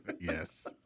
Yes